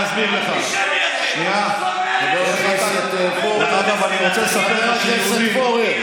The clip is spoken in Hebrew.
חבר הכנסת פורר, חבר הכנסת פורר,